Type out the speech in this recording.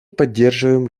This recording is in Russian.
поддерживаем